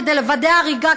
כדי לוודא הריגה,